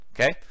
Okay